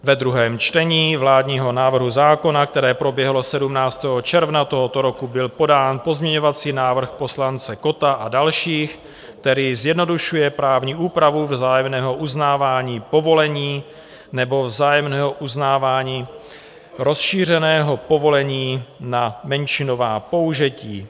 Ve druhém čtení vládního návrhu zákona, které proběhlo 17. června tohoto roku, byl podán pozměňovací návrh poslance Kotta a dalších, který zjednodušuje právní úpravu vzájemného uznávání povolení nebo vzájemného uznávání rozšířeného povolení na menšinová použití.